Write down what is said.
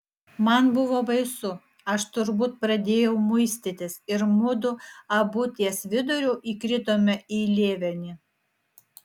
man buvo baisu aš turbūt pradėjau muistytis ir mudu abu ties viduriu įkritome į lėvenį